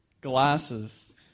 Glasses